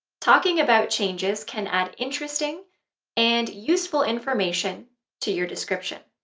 talking about changes can add interesting and useful information to your description.